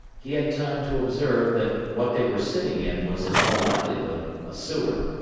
he had time to observe that what they were sitting in was in all likelihood a sewer.